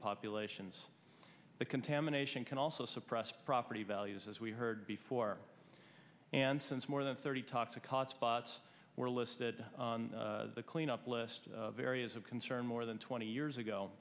populations the contamination can also suppress property values as we heard before and since more than thirty talks a cost spots were listed on the clean up list of areas of concern more than twenty years ago